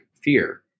fear